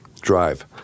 drive